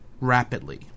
Rapidly